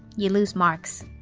you lose marks.